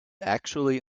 actually